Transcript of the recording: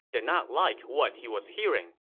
did not like what he was hearing.